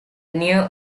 near